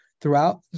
throughout